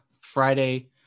Friday